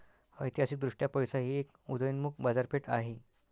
ऐतिहासिकदृष्ट्या पैसा ही एक उदयोन्मुख बाजारपेठ आहे